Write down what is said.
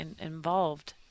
involved